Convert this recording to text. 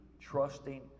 trusting